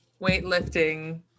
weightlifting